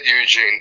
Eugene